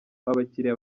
abakiriya